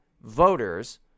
voters